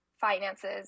finances